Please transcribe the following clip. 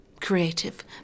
creative